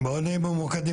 בוא נהיה ממוקדים,